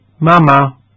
Mama